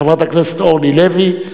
חברת הכנסת אורלי לוי,